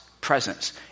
presence